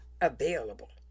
available